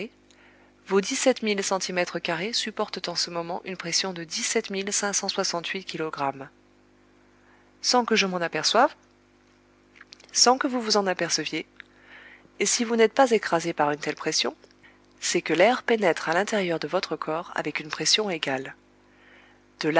vos dix-sept mille centimètres carrés supportent en ce moment une pression de dix-sept mille cinq cent soixante-huit kilogrammes sans que je m'en aperçoive sans que vous vous en aperceviez et si vous n'êtes pas écrasé par une telle pression c'est que l'air pénètre à l'intérieur de votre corps avec une pression égale de là